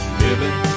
living